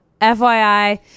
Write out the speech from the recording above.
FYI